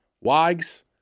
Wags